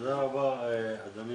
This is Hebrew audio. תודה רבה אדוני